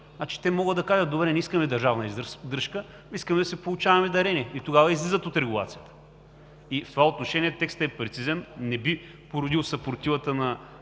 Те могат да кажат: „Добре, не искаме държавна издръжка, искаме да си получаваме дарения“, и тогава излизат от регулацията. В това отношение текстът е прецизен и не би породил съпротивата на